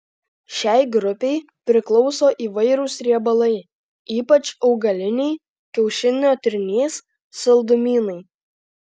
šiai grupei priklauso įvairūs riebalai ypač augaliniai kiaušinio trynys saldumynai